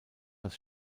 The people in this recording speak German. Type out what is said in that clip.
das